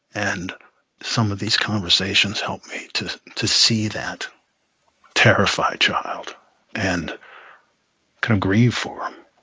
and some of these conversations helped me to to see that terrified child and kind of grieve for him.